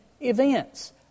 events